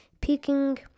peeking